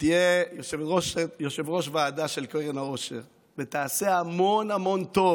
תהיה יושבת-ראש ועדת קרן העושר ותעשה המון המון טוב